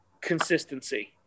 consistency